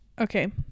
Okay